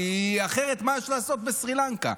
כי אחרת מה יש לעשות בסרי לנקה?